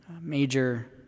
major